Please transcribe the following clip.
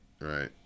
right